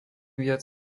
viac